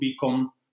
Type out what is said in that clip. become